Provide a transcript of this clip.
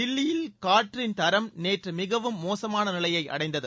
தில்லியின் காற்று தரம் நேற்று மிகவும் மோசமான நிலையை அடைந்தது